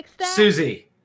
Susie